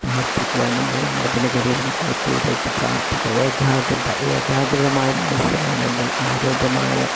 പ്രാർത്ഥിക്കുക നമ്മള് നമ്മുടെ ദിനചര്യകളൊക്ക ചെയ്തേച്ച് പ്രാർത്ഥിക്കുക ഏകാഗ്രത ഏകാഗ്രതമായ മനസ്സ് വേണമെങ്കിൽ ആരോഗ്യമായ